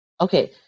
Okay